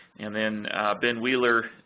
and then ben wheeler,